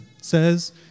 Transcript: says